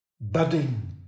budding